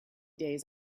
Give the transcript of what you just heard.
days